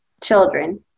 children